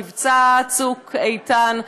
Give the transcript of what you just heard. מבצע צוק איתן,